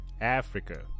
Africa